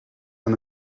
aan